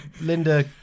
Linda